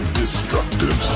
destructive